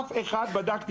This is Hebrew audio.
בדקתי